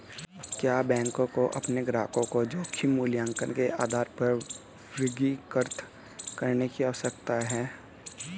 क्या बैंकों को अपने ग्राहकों को जोखिम मूल्यांकन के आधार पर वर्गीकृत करने की आवश्यकता है?